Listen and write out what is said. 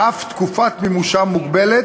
ואף תקופת מימושם מוגבלת,